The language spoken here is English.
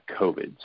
COVID